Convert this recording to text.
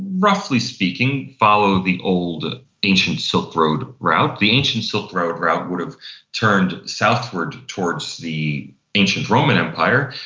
roughly speaking, follow the old ah ancient silk road route. the ancient silk road route would have turned southward towards the ancient roman empire.